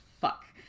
Fuck